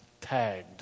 tagged